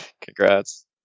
Congrats